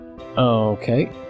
Okay